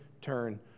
turn